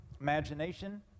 imagination